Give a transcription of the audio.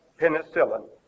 penicillin